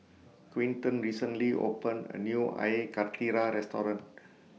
Quinton recently opened A New Air Karthira Restaurant